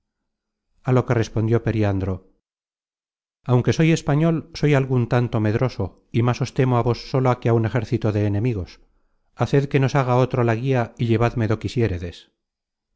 a lo que respondió periandro aunque soy español soy algun tanto medroso y más os temo á vos sola que á un ejército de enemigos haced que nos haga otro la guía y